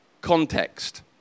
context